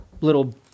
little